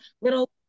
little